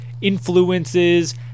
influences